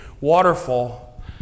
waterfall